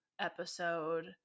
episode